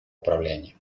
управления